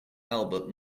albert